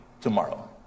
tomorrow